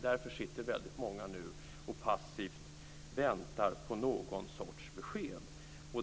Därför sitter många och passivt väntar på någon sorts besked.